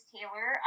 Taylor